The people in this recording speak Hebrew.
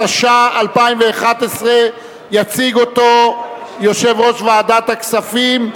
התשע"א 2011. יציג אותו יושב-ראש ועדת הכספים.